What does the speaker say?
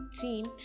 team